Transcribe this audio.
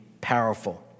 powerful